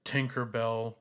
Tinkerbell